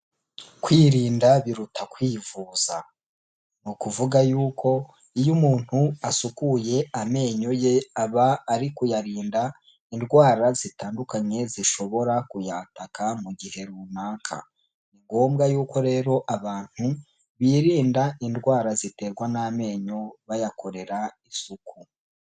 Kwirinda biruta kwivuza, ni ukuvuga yuko iyo umuntu asukuye amenyo ye aba ari kuyarinda indwara zitandukanye zishobora kuyataka mu gihe runaka, ni ngombwa yuko rero abantu birinda indwara ziterwa n'amenyo bayakorera isuku.